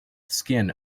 skin